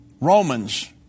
Romans